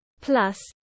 Plus